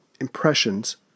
impressions